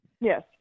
Yes